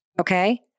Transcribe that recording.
okay